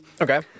Okay